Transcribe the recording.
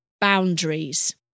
boundaries